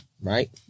Right